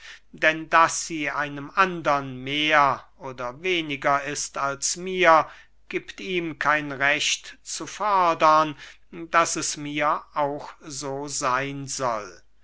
denn daß sie einem andern mehr oder weniger ist als mir giebt ihm kein recht zu fordern daß es mir auch so seyn soll